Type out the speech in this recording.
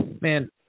man